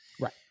right